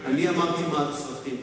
אני אמרתי מה הם הצרכים.